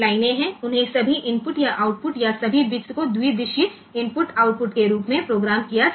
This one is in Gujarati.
તેથી તે બધાને ઇનપુટ અથવા આઉટપુટ તરીકે અથવા તમામ બિટ્સ ને બાયડિરેક્શનલ ઇનપુટ આઉટપુટ તરીકે પ્રોગ્રામ કરી શકાય છે